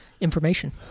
information